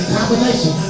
Combination